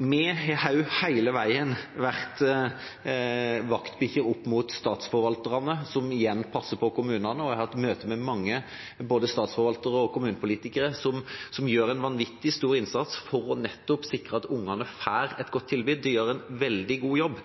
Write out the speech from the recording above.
har også hele veien vært vaktbikkje opp mot statsforvalterne, som igjen passer på kommunene. Jeg har hatt møte med mange både statsforvaltere og kommunepolitikere som gjør en vanvittig stor innsats for nettopp å sikre at ungene får et godt tilbud. De gjør en veldig god jobb.